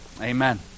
Amen